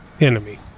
enemy